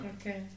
Okay